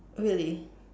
really